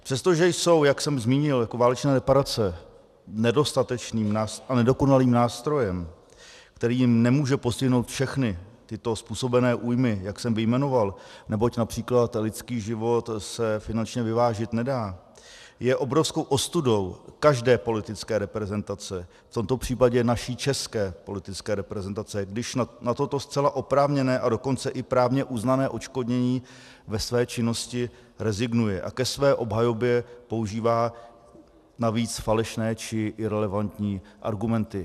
Přestože jsou, jak jsem zmínil, válečné reparace nedostatečným a nedokonalým nástrojem, který nemůže postihnout všechny tyto způsobené újmy, jak jsem vyjmenoval, neboť například lidský život se finančně vyvážit nedá, je obrovskou ostudou každé politické reprezentace, v tomto případě naší české politické reprezentace, když na toto zcela oprávněné, a dokonce i právně uznané odškodnění ve své činnosti rezignuje a ke své obhajobě používá navíc falešné či irelevantní argumenty.